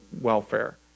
welfare